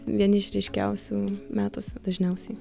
vieni iš ryškiausių metuose dažniausiai